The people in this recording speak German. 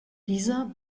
dieser